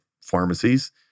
pharmacies